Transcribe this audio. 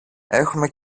έχουμε